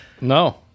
No